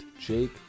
Jake